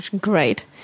great